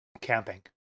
camping